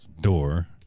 door